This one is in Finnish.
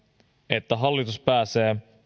että hallitus pääsee